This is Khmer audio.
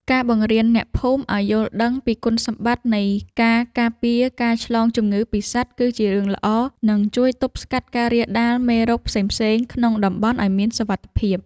ការបង្រៀនអ្នកភូមិឱ្យយល់ដឹងពីគុណសម្បត្តិនៃការការពារការឆ្លងជំងឺពីសត្វគឺជារឿងល្អ និង ជួយទប់ស្កាត់ការរាលដាលមេរោគផ្សេងៗក្នុងតំបន់ឱ្យមានសុវត្ថិភាព។